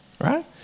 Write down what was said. right